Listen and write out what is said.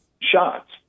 shots